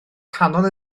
canol